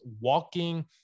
walking